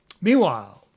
Meanwhile